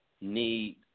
need